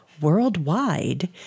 worldwide